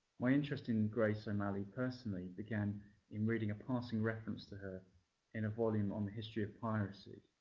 my interest in grace o'malley personally began in reading a passing reference to her in a volume on the history of piracy.